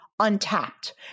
untapped